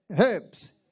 Herbs